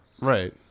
Right